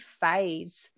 phase